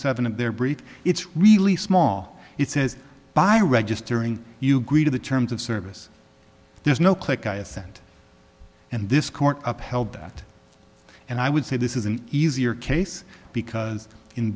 seven of their brief it's really small it says by registering you agree to the terms of service there's no click i assent and this court upheld that and i would say this is an easier case because in